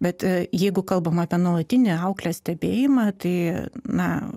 bet jeigu kalbam apie nuolatinį auklės stebėjimą tai na